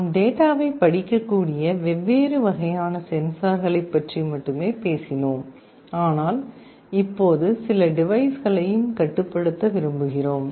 நாம் டேட்டாவைப் படிக்கக்கூடிய வெவ்வேறு வகையான சென்சார்களைப் பற்றி மட்டுமே பேசினோம் ஆனால் இப்போது சில டிவைஸ்களையும் கட்டுப்படுத்த விரும்புகிறோம்